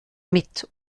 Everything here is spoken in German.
mit